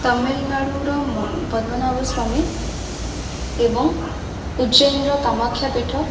ତାମିଲନାଡ଼ୁର ପଦ୍ମନାଭସ୍ୱାମୀ ଏବଂ ଉଜ୍ଜୈନର କାମାକ୍ଷାପୀଠ